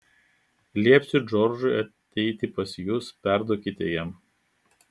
liepsiu džordžui ateiti pas jus perduokite jam